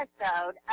episode